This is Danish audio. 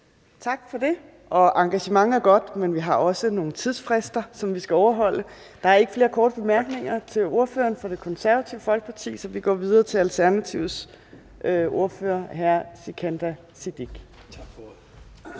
Tak for det. Engagement er godt, men vi har også nogle tidsfrister, som vi skal overholde. Der er ikke flere korte bemærkninger til ordføreren for Det Konservative Folkeparti, så vi går videre til Alternativets ordfører hr. Sikandar Siddique.